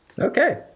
okay